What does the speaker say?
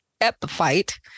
Epiphyte